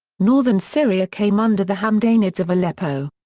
northern syria came under the hamdanids of aleppo.